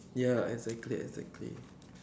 ya exactly exactly